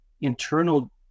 internal